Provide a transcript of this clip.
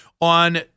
on